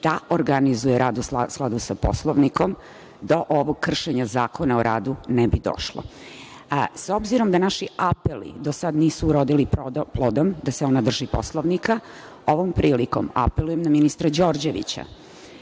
Da organizuje rad u skladu sa Poslovnikom, do ovog kršenja Zakona o radu ne bi došlo. S obzirom da naši apeli do sada nisu uradili plodom, da se ona drži Poslovnika, ovom prilikom apelujem na ministra Đorđevića